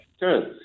Good